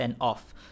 off